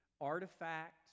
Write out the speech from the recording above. artifacts